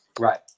Right